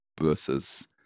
versus